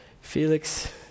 Felix